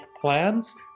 plans